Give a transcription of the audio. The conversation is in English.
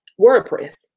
wordpress